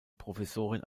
professorin